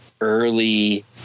early –